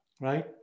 right